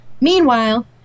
meanwhile